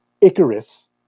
Icarus